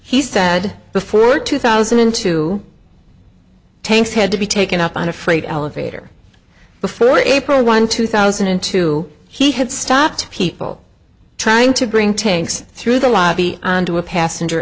he said before two thousand and two tanks had to be taken up on a freight elevator before april one two thousand and two he had stopped people trying to bring tanks through the lobby onto a passenger